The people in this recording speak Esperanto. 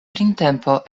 printempo